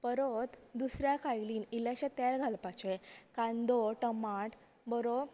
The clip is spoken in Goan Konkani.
परत दुसऱ्या कायलीन इल्लेशे तेल घालपाचे कांदो टमाट बरो